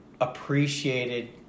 appreciated